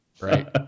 Right